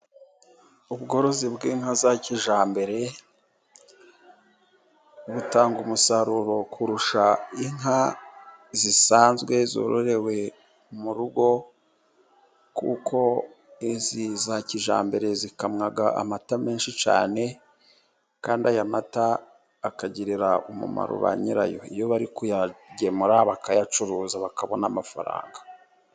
Ubworozi bw'inka za kijyambere butanga umusaruro kurusha inka zisanzwe zororewe mu rugo, kuko izi za kijyambere zikamwa amata menshi cyane, kandi aya mata akagirira umumaro ba nyirayo; iyo bari kuyagemura bakayacuruza bakabona amafaranga.